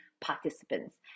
participants